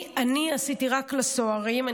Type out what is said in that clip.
אני עשיתי רק לסוהרים.